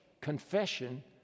confession